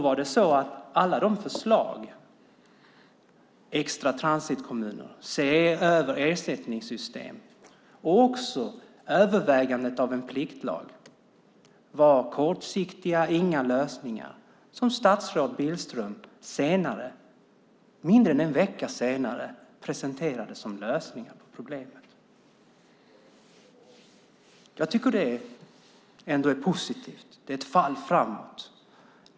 Förslagen om extra transitkommuner, om att se över ersättningssystem och om att överväga en pliktlag var då kortsiktiga. Det var inga lösningar. Mindre än en vecka senare presenterade statsrådet Billström dem som lösningar på problemet. Jag tycker ändå att det är positivt. Det är ett fall framåt.